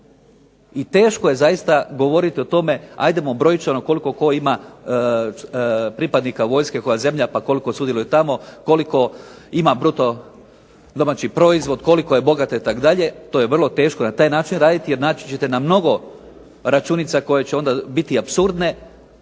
I teško je zaista govoriti o tome, ajdemo brojčano koliko tko ima pripadnika vojske, koja zemlja, pa koliko sudjeluje tamo? Koliko ima BDP, koliko je bogata itd., to je vrlo teško na taj način raditi jer naići ćete na mnogo računica koje će onda biti apsurdne.